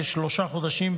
כשלושה חודשים,